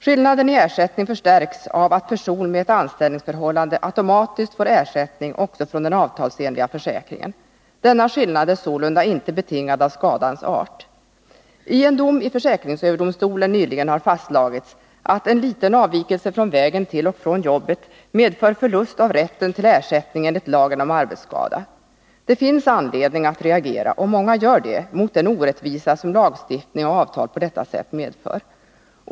Skillnaden i ersättning förstärks av att person med ett anställningsförhållande automatiskt får ersättning också från den avtalsenliga försäkringen. Denna skillnad är sålunda inte betingad av skadans art. I en dom i försäkringsöverdomstolen nyligen har fastslagits att en liten avvikelse från vägen till och från jobbet medför förlust av rätten till ersättning enligt lagen om arbetsskada. Det finns anledning att reagera — och många gör det — mot den orättvisa som lagstiftning och avtal på detta sätt medför.